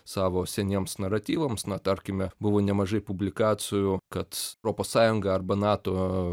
savo seniems naratyvams na tarkime buvo nemažai publikacijų kad europos sąjunga arba nato